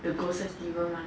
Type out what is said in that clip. the ghost festival mah